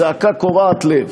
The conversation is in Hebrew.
זעקה קורעת לב.